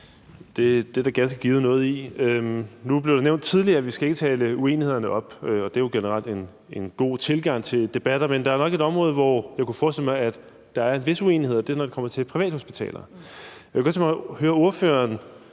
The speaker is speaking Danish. Det er der ganske givet noget i. Nu blev det nævnt tidligere, at vi ikke skal tale uenighederne op, og det er jo generelt en god tilgang til debatter, men der er nok et område, hvor jeg kunne forestille mig der er en vis uenighed, og det er, når det kommer til privathospitaler. Jeg kunne godt tænke mig at høre ordførerens